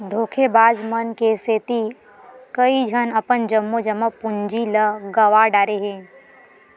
धोखेबाज मन के सेती कइझन अपन जम्मो जमा पूंजी ल गंवा डारे हे